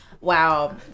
Wow